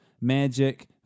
Magic